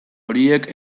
horiek